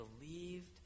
believed